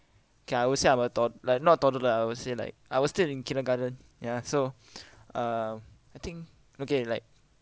K I will say I'm a tod~ like not toddler I will say like I was still in kindergarten ya so uh I think okay like